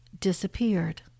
disappeared